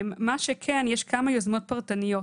מה שכן, יש כמה יוזמות פרטניות,